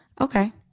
Okay